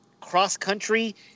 cross-country